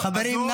חברים,